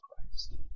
Christ